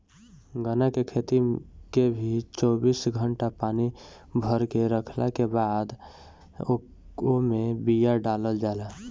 गन्ना के खेत के भी चौबीस घंटा पानी भरके रखला के बादे ओमे बिया डालल जाला